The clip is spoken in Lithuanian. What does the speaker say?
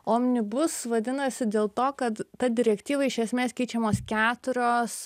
omnibus vadinasi dėl to kad ta direktyva iš esmės keičiamos keturios